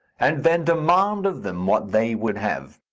and then demand of them what they would have.